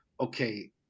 okay